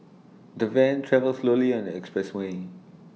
the van travelled slowly on the expressway